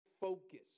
focus